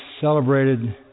celebrated